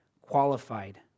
qualified